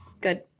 good